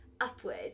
upward